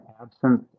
absence